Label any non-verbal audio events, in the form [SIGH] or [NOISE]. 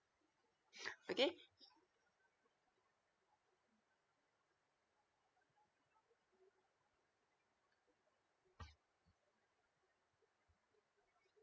[BREATH] okay